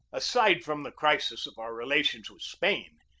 aside from the crisis of our relations with spain,